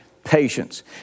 patience